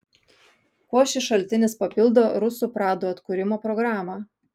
kuo šis šaltinis papildo rusų pradų atkūrimo programą